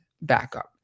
backup